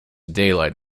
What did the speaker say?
daylight